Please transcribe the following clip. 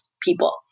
people